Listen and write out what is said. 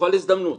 בכל הזדמנות,